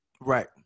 right